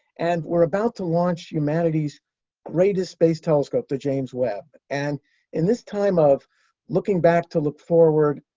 and we're about to launch humanity's greatest space telescope the james webb. and in this time of looking back to look forward,